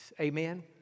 Amen